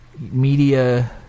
media